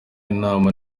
inama